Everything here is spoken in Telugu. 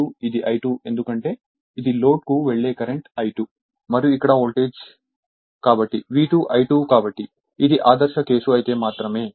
కాబట్టి ఇది V2 ఇది I2 ఎందుకంటే ఇది లోడ్కు వెళ్లే కారెంట్ I2 మరియు ఇక్కడ వోల్టేజ్ కాబట్టి V2 I2 కాబట్టి ఇది ఆదర్శ కేసు అయితే మాత్రమే